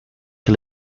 que